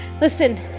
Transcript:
Listen